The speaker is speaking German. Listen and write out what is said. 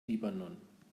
libanon